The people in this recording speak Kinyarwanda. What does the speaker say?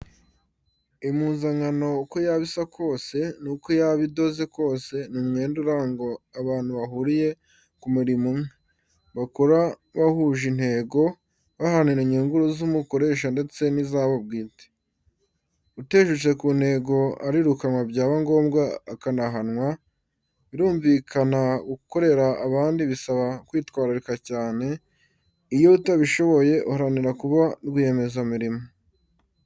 Impuzankano uko yaba isa kose, nuko yaba idoze kose, ni umwenda uranga abantu bahuriye ku murimo umwe, bakora bahuje intego, baharanira inyungu z'umukoresha ndetse n'izabo bwite. Uteshutse ku ntego arirukanwa byaba ngombwa akanahanwa, birumvikana gukorera abandi bisaba kwitwararika cyane, iyo utabishoboye uharanira kuba rwiyemezamirimo.